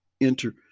enter